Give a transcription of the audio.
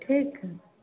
ठीक छै